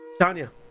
Tanya